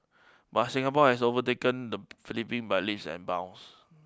but Singapore has overtaken the Philippine by leaps and bounds